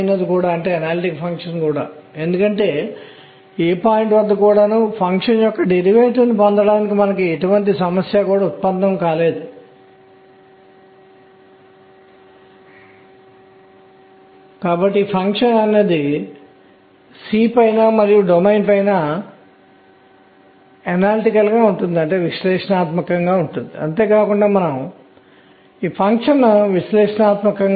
నేను దీన్ని విభిన్న రంగు లో వ్రాస్తాను స్పిన్ లేదా ఎలక్ట్రాన్ యొక్క సహజ ఇంట్రిన్సిక్ ద్రవ్యవేగం సగం పూర్ణాంక గుణకం హాఫ్ ఇంటీజర్ మల్టిపుల్ ఆఫ్ కావచ్చు